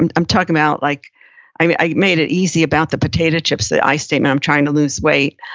and i'm talking about, like i i made it easy about the potato chips, the i statement. i'm trying to lose weight.